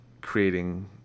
creating